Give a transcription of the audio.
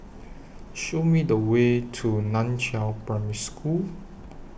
Show Me The Way to NAN Chiau Primary School